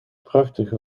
prachtige